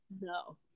no